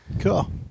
Cool